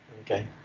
Okay